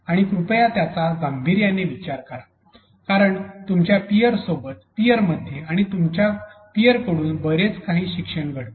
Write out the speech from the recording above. आणि कृपया त्यांचा गांभीर्याने विचार करा कारण तुमच्या पीअर सोबत पीअर मध्ये आणि तुमच्या पीअरकडून बरेच काही शिक्षण घडते